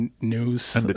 news